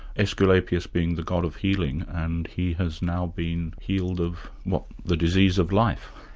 asclepius being the god of healing, and he has now been healed of what, the disease of life?